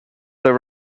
there